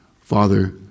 father